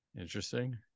Interesting